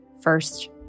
first